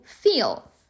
feel